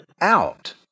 out